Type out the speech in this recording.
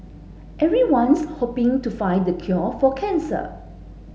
everyone's hoping to find the cure for cancer